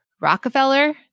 Rockefeller